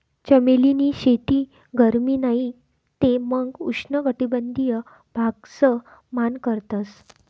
चमेली नी शेती गरमी नाही ते मंग उष्ण कटबंधिय भागस मान करतस